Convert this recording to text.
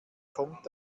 kommt